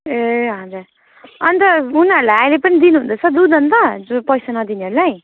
ए हजुर अन्त उनीहरूलाई अहिले पनि दिनु हुँदैछ दुध अन्त पैसा नदिनेहरूलाई